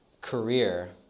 career